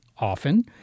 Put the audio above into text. often